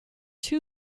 two